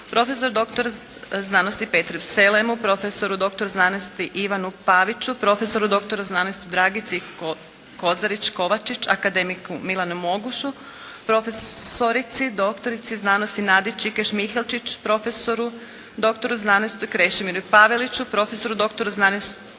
doktor znanosti Petru Selemu, profesoru doktoru znanosti Ivanu Paviću, profesoru doktoru znanosti Dragici Kozarić Kovačić, akademiku Milanu Mogušu, profesorici doktorici znanosti Nadi Čikeš Mihelčić, profesoru doktoru znanosti Krešimiru Paveliću, profesoru doktoru znanosti